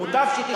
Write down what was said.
מוטב שתשתוק.